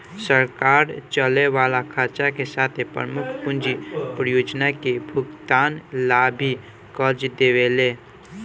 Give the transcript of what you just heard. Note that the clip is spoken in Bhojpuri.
सरकार चले वाला खर्चा के साथे प्रमुख पूंजी परियोजना के भुगतान ला भी कर्ज देवेले